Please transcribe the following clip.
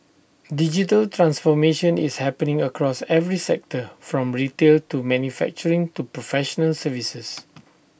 digital transformation is happening across every sector from retail to manufacturing to professional services